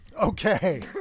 Okay